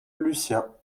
lucien